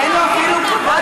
ואין לו אפילו כבוד,